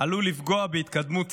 עלול לפגוע בהתקדמות צה"ל.